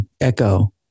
echo